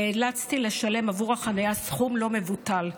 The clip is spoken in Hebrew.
נאלצתי לשלם עבור החניה סכום לא מבוטל.